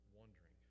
wondering